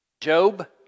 Job